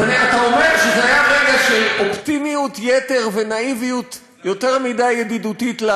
אז אתה אומר שזה היה רגע של אופטימיות יתר ונאיביות יותר מדי ידידותית.